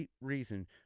reason